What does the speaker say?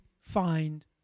find